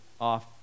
off